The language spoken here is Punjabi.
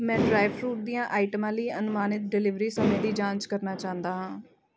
ਮੈਂ ਡਰਾਈ ਫਰੂਟ ਦੀਆਂ ਆਈਟਮਾਂ ਲਈ ਅਨੁਮਾਨਿਤ ਡਿਲੀਵਰੀ ਸਮੇਂ ਦੀ ਜਾਂਚ ਕਰਨਾ ਚਾਹੁੰਦਾ ਹਾਂ